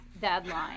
deadline